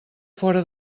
fora